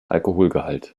alkoholgehalt